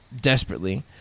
desperately